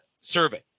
survey